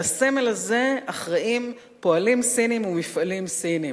על הסמל הזה אחראים פועלים סינים ומפעלים סיניים.